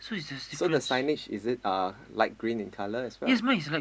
so the signage is it uh light green in color as well